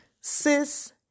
Sis